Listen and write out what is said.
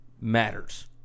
matters